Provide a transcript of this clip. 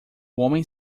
homem